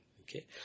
Okay